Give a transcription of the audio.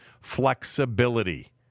flexibility